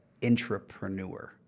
intrapreneur